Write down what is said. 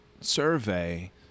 survey